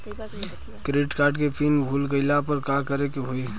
Credit card के PIN भूल गईला पर का करे के होई?